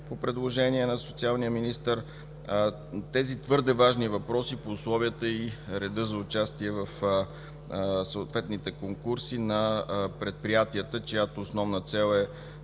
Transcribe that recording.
по предложение на социалния министър на тези твърде важни въпроси по условията и реда за участие в съответните конкурси на предприятията, чиято основна цел е